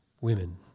Women